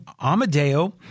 Amadeo